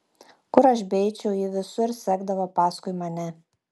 kur aš beeičiau ji visur sekdavo paskui mane